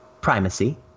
primacy